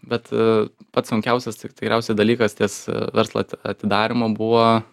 bet pats sunkiausias tikriausiai dalykas ties verslo atidarymu buvo